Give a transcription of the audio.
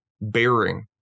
bearing